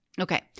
Okay